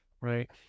right